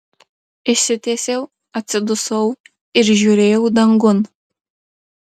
išsitiesiau atsidusau ir žiūrėjau dangun